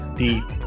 deep